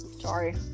sorry